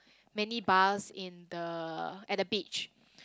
many bars in the at the beach